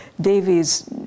Davies